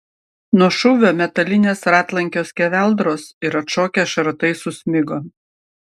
nuo šūvio metalinės ratlankio skeveldros ir atšokę šratai susmigo